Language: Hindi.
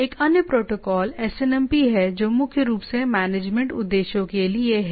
एक अन्य प्रोटोकॉल एसएनएमपी है जो मुख्य रूप से मैनेजमेंट उद्देश्यों के लिए है